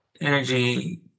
energy